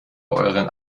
euren